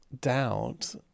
doubt